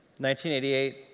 1988